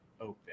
open